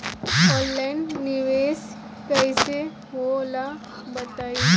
Online निवेस कइसे होला बताईं?